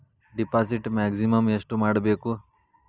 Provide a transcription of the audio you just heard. Deposit maximum ಎಷ್ಟು ಮಾಡಬೇಕು?